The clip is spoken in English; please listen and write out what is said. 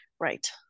Right